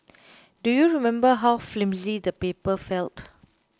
do you remember how flimsy the paper felt